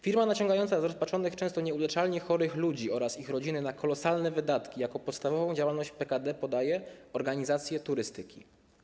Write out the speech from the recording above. Firma naciągająca zrozpaczonych, często nieuleczalnie chorych ludzi oraz ich rodziny na kolosalne wydatki jako podstawową działalność w PKD podaje organizację turystyki.